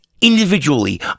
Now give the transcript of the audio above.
Individually